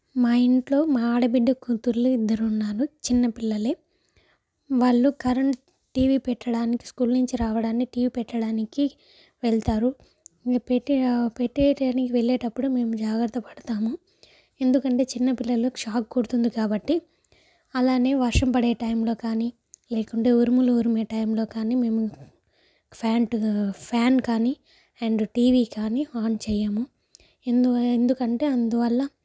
మా ఇంట్లో మా ఆడబిడ్డ కూతుర్లు ఇద్దరు ఉన్నారు చిన్నపిల్లలే వాళ్లు కరెంట్ టీవీ పెట్టడానికి స్కూల్ నుంచి రావడాని టీవీ పెట్టడానికి వెళ్తారు పెట్టే పెట్టే దానికి వెళ్ళేటప్పుడు మేము జాగ్రత్త పడతాము ఎందుకంటే చిన్నపిల్లలు షాక్ కొడుతుంది కాబట్టి అలానే వర్షం పడే టైంలో కానీ లేకుంటే ఉరుములు ఉరిమే టైంలో కానీ మేము ఫాంట్ ఫ్యాన్ కానీ అండ్ టీవీ కానీ ఆన్ చెయ్యము ఎందు ఎందుకంటే అందువల్ల